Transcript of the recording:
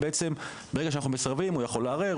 ברגע שאנחנו מסרבים הוא יכול לערער,